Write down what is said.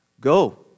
go